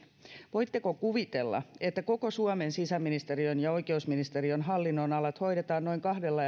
voitteko kuvitella että koko suomen sisäministeriön ja oikeusministeriön hallinnonalat hoidetaan noin kahdella